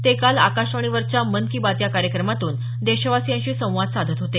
ते काल आकाशवाणीवरच्या मन की बात या कार्यक्रमातून देशवासियांशी संवाद साधत होते